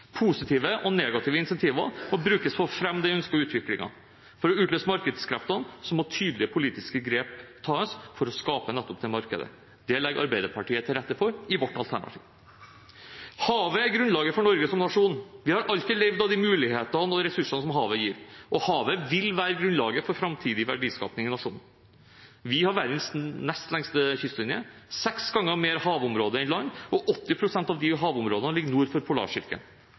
Positive og negative incentiver må brukes for å fremme den ønskede utviklingen. For å utløse markedskreftene må tydelige politiske grep tas for å skape nettopp det markedet. Det legger vi i Arbeiderpartiet til rette for i vårt alternativ. Havet er grunnlaget for Norge som nasjon. Vi har alltid levd av de mulighetene og ressursene som havet gir, og havet vil være grunnlaget for framtidig verdiskaping i nasjonen. Vi har verdens nest lengste kystlinje, seks ganger mer havområde enn land, og 80 pst. av de havområdene ligger nord for